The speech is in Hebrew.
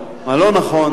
מה לא נכון,